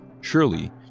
Surely